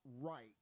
right